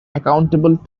accountable